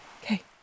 Okay